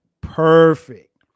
perfect